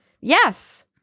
Yes